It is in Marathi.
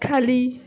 खाली